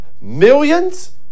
millions